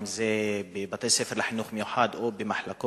אם זה בבתי-ספר לחינוך מיוחד או במחלקות